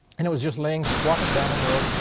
and it was just laying squatted down on the road.